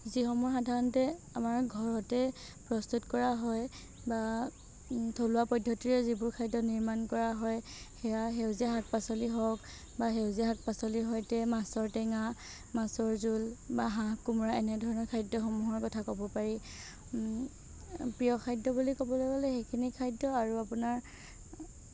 যিসমূহ সাধাৰণতে আমাৰ ঘৰতে প্ৰস্তুত কৰা হয় বা থলোৱা পদ্ধতিৰে যিবোৰ খাদ্য নিৰ্মাণ কৰা হয় সেয়া সেউজীয়া শাক পাচলি হওক বা সেউজীয়া শাক পাচলিৰ সৈতে মাছৰ টেঙা মাছৰ জোল বা হাঁহ কোমোৰা এনে ধৰণৰ খাদ্যসমূহৰ কথা ক'ব পাৰি প্ৰিয় খাদ্য বুলি ক'বলৈ গ'লে সেইখিনি খাদ্য আৰু আপোনাৰ